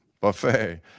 Buffet